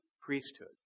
priesthood